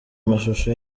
amashusho